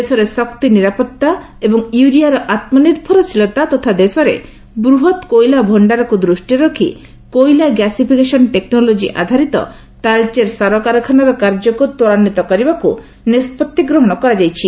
ଦେଶରେ ଶକ୍ତି ନିରାପତ୍ତା ଏବଂ ୟୁରିଆର ଆତ୍ମନିର୍ଭର ଶୀଳତା ତଥା ଦେଶର ବୃହତ କୋଇଲା ଭଷ୍ଠାରକୁ ଦୂଷ୍ଟିରେ ରଖି କୋଇଲା ଗ୍ୟାସିଫିକେସନ୍ ଟେକ୍ନୋଲୋଜି ଆଧାରିତ ତାଳଚେର ସାର କାରଖାନାର କାର୍ଯ୍ୟକୁ ତ୍ୱରାନ୍ୱିତ କରିବାକୁ ନିଷ୍ପଭି ଗ୍ରହଣ କରାଯାଇଛି